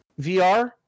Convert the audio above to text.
vr